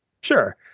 sure